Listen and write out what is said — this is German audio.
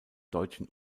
deutschen